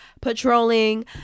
patrolling